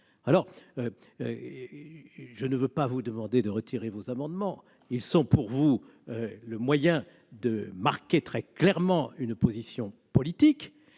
plus. Je ne vous demanderai pas de retirer vos amendements ; ils sont pour vous le moyen de marquer très clairement une position politique.